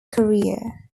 career